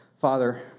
Father